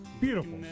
beautiful